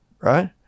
right